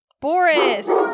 Boris